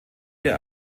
der